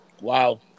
Wow